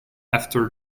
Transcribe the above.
after